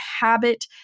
habit